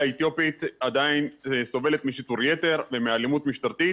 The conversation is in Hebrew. האתיופית עדיין סובלת משיטור יתר ומאלימות משטרתית